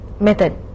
method